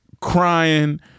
crying